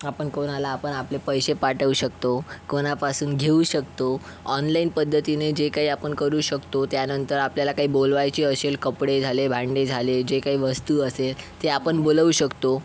आपण कोणाला आपण आपले पैसे पाठवू शकतो कोणापासून घेऊ शकतो ऑनलाइन पद्धतीने जे काही आपण करू शकतो त्यानंतर आपल्याला काही बोलवायचे असेल कपडे झाले भांडी झाले जे काही वस्तु असेल ते आपण बोलवू शकतो